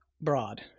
broad